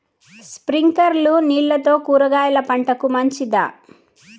స్ప్రింక్లర్లు నీళ్లతో కూరగాయల పంటకు మంచిదా?